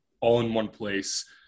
all-in-one-place